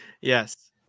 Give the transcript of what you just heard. Yes